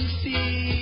see